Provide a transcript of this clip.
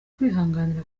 kwihanganira